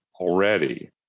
already